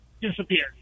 disappeared